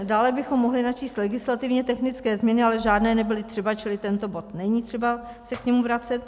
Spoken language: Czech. Dále bychom mohli načíst legislativně technické změny, ale žádné nebyly třeba, čili k tomuto bodu není třeba se vracet.